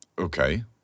Okay